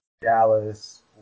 Dallas